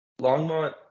Longmont